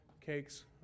cakes